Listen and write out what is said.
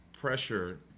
pressure